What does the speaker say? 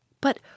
But